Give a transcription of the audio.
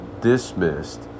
dismissed